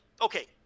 okay